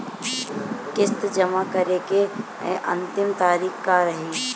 किस्त जमा करे के अंतिम तारीख का रही?